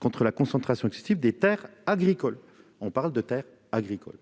contre la concentration excessive des terres agricoles. On ne peut pas inclure